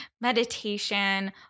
meditation